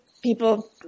people